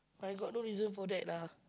I got no reason for that lah